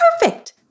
Perfect